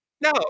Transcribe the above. no